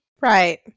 Right